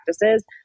practices